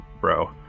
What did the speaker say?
bro